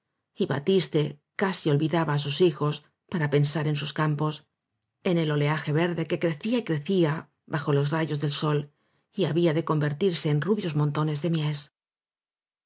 y batiste casi olvidaba á sus hijos para pensar en sus campos en el oleaje verde que crecía y erecía bajo los rayos del sol y había de convertirse en rubios montones de mies